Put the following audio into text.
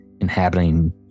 inhabiting